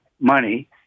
money